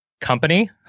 company